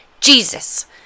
Jesus